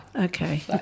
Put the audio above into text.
Okay